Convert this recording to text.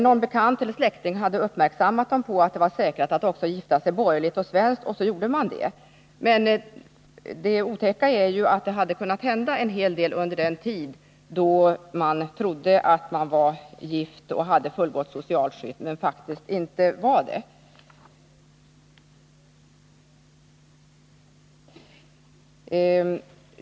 Någon bekant eller släkting hade dock uppmärksammat dem på att det var säkrast att också gifta sig borgerligt och svenskt, och så hade de gjort det. Men det otäcka är ju att det hade kunnat hända en hel del under den tid då de trodde att de var gifta och därför trodde att de hade ett fullgott socialt skydd men faktiskt inte var gifta.